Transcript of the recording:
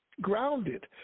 grounded